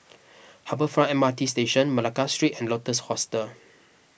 Harbour Front M R T Station Malacca Street and Lotus Hostel